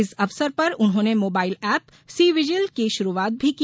इस अवसर पर उन्होंने मोबाइल ऐप सी विजिल की शुरूआत भी की